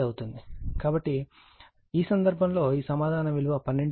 కాబట్టి ఈ సందర్భంలో ఈ సమాధానం విలువ 12